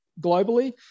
globally